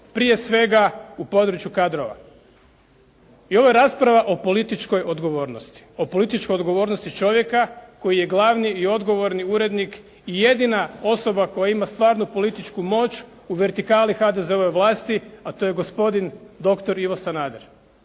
prije svega u području kadrova. I ovo je rasprava o političkoj odgovornosti, o političkoj odgovornosti čovjeka koji je glavni i odgovorni urednik i jedina osoba koja ima stvarnu političku moć i vertikali HDZ-ove vlasti a to je gospodin dr. Ivo Sanader.